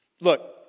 Look